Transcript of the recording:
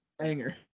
Anger